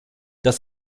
das